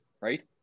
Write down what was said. right